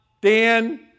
Dan